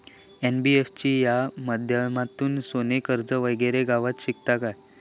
NBFC च्या माध्यमातून सोने कर्ज वगैरे गावात शकता काय?